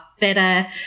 better